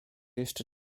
jeszcze